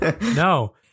No